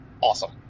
awesome